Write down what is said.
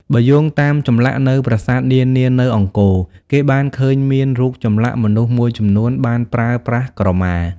បើយោងតាមចម្លាក់នៅប្រាសាទនានានៅអង្គរ គេបានឃើញមានរូបចម្លាក់មនុស្សមួយចំនួនបានប្រើប្រាស់ក្រមា។